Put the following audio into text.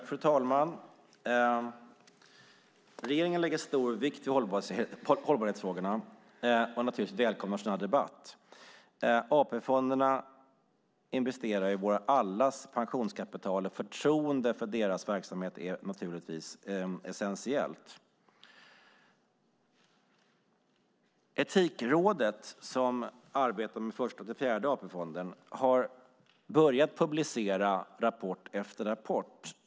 Fru talman! Regeringen lägger stor vikt vid hållbarhetsfrågorna och välkomnar denna debatt. AP-fonderna investerar allas vårt pensionskapital, och förtroendet för deras verksamhet är naturligtvis essentiellt. Etikrådet, som arbetar med Första till Fjärde AP-fonderna, har börjat publicera rapport efter rapport.